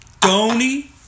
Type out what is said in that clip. Tony